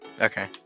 Okay